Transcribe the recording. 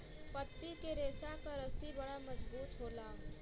पत्ती के रेशा क रस्सी बड़ा मजबूत होला